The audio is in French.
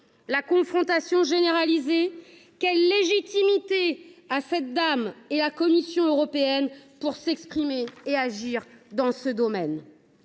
La confrontation généralisée ? Quelle légitimité ont cette dame et la Commission européenne pour s’exprimer et agir de la sorte ?